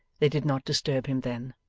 they did not disturb him then,